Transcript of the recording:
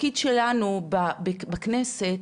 התפקיד שלנו בכנסת,